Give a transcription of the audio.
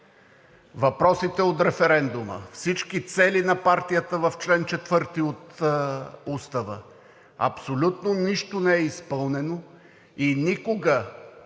Въпросите от референдума, всички цели на партията в чл. 4 от Устава, абсолютно нищо не е изпълнено и никога